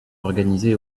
organisé